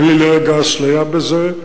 אין לי לרגע אשליה בזה.